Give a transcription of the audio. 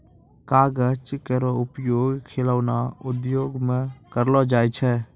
कागज केरो उपयोग खिलौना उद्योग म करलो जाय छै